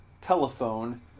telephone –